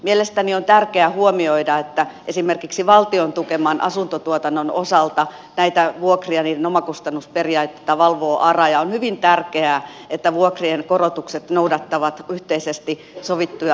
mielestäni on tärkeää huomioida että esimerkiksi valtion tukeman asuntotuotannon osalta näitä vuokria omakustannusperiaatetta valvoo ara ja on hyvin tärkeää että vuokrien korotukset noudattavat yhteisesti sovittuja raameja